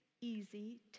easy